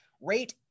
rate